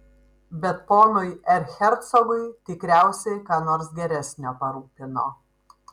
bet ponui erchercogui tikriausiai ką nors geresnio parūpino